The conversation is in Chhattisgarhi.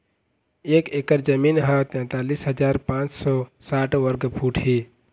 एक एकर जमीन ह तैंतालिस हजार पांच सौ साठ वर्ग फुट हे